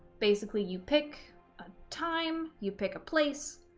basically you pick a time, you pick a place,